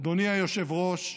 אדוני היושב-ראש,